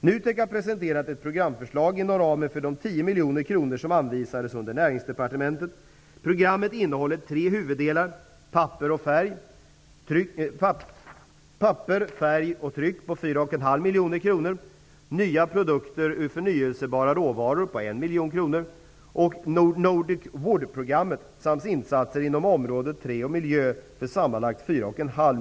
NUTEK har presenterat ett programförslag inom ramen för de 10 miljoner kronor som anvisades under 3) Nordic Wood-programmet samt insatser inom området trä och miljö .